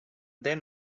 then